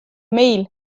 meil